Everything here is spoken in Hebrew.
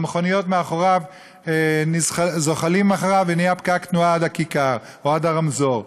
המכוניות מאחוריו זוחלות ונהיה פקק תנועה עד הכיכר או עד הרמזור.